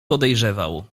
podejrzewał